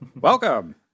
Welcome